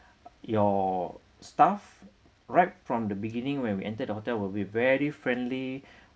your staff right from the beginning when we entered the hotel will be very friendly